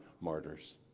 martyrs